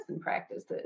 practices